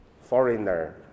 foreigner